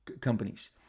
companies